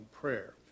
prayer